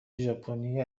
ژاپنی